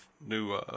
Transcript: new